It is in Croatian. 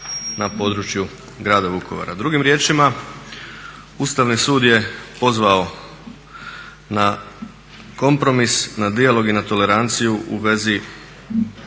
na području grada Vukovara. Drugim riječima, Ustavni sud je pozvao na kompromis, na dijalog i na toleranciju u vezi